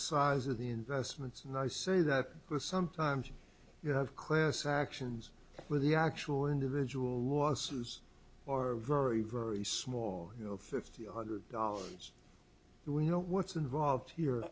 size of the investments and i say that sometimes you have class actions with the actual individual losses or very very small you know of one hundred dollars we know what's involved here